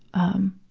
um,